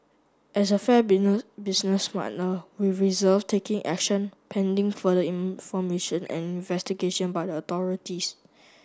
as a fair business partner we reserved taking action pending further information and investigation by authorities